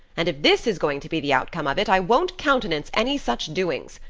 and if this is going to be the outcome of it, i won't countenance any such doings.